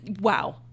wow